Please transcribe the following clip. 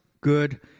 good